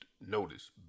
Notice